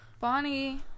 Bonnie